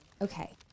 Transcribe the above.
okay